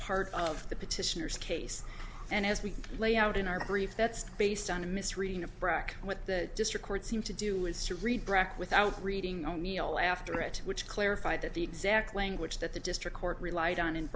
part of the petitioners case and as we lay out in our brief that's based on a misreading of brock what the district court seemed to do was to read brac without reading o'neill after it which clarified that the exact language that the district court relied on